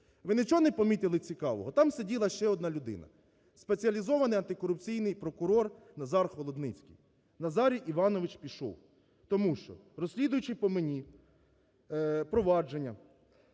Ви нічого не помітили цікавого? Там сиділа ще одна людина: Спеціалізований антикорупційний прокурор Назар Холодницький. Назарій Іванович пішов, тому що, розслідуючи по мені провадження,